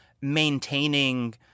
maintaining –